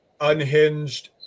unhinged